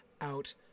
out